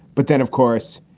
but then, of course,